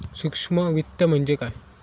सूक्ष्म वित्त म्हणजे काय?